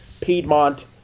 Piedmont